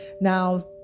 Now